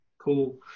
Cool